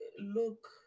look